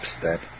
step